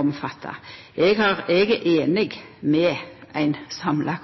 omfatta. Eg er einig med ein samla